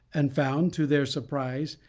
and found, to their surprise,